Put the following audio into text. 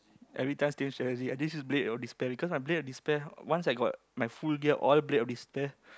every time same strategy and this is blade of despair cause my blade of despair once I got my full gear all blade of despair